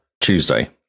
Tuesday